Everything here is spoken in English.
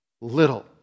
little